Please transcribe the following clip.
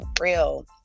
real